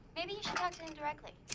maybe you should talk to him directly.